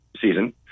season